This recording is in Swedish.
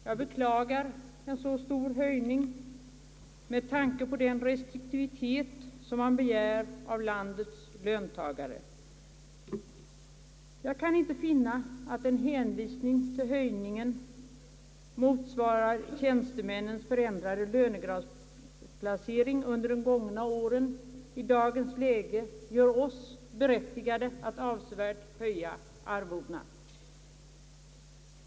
Jag beklagar en så stor höjning med tanke på den restriktivitet som man begärt av landets löntagare, Jag kan inte finna att en hänvisning till att höjningen motsvarar tjänstemännens förändrade lönegradsplacering under de gångna åren i dagens läge gör oss berättigade att avsevärt höja arvodena.